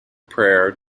prayer